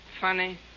Funny